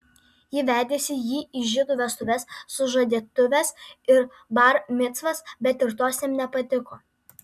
ji vedėsi jį į žydų vestuves sužadėtuves ir bar micvas bet ir tos jam nepatiko